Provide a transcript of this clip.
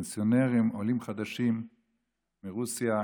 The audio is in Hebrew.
פנסיונרים, עולים חדשים מרוסיה,